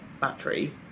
battery